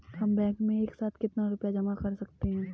हम बैंक में एक साथ कितना रुपया जमा कर सकते हैं?